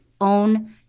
own